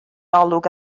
olwg